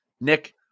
Nick